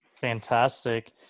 fantastic